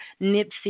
Nipsey